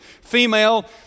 female